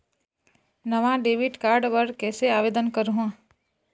नावा debit card बर कैसे आवेदन करहूं?